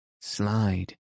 slide